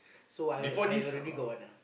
so I I already got one ah